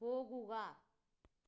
പോകുക